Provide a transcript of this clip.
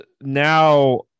now